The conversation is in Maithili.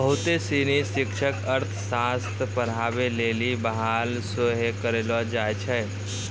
बहुते सिनी शिक्षक अर्थशास्त्र पढ़ाबै लेली बहाल सेहो करलो जाय छै